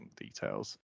details